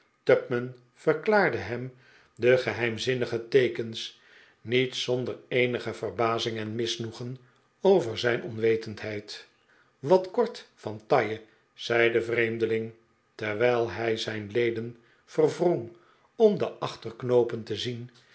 tupman verklaarde hem de geheimzinnige teekens niet zonder eenige verbazing en misnoegen over zijn onwetendheid wat kort van taille zei de vreemdeling terwijl hij zijn leden verwrong om de achterknoopen te zien